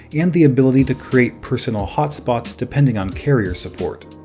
and the ability to create personal hotspots depending on carrier support.